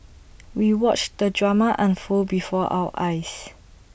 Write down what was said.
we watched the drama unfold before our eyes